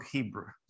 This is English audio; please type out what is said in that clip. Hebrew